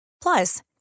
Plus